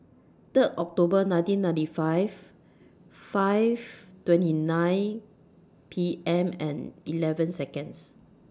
Third October nineteen ninety five five twenty nine P M and eleven Seconds